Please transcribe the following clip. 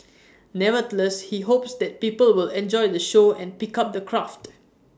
nevertheless he hopes that people will enjoy the show and pick up the craft